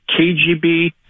KGB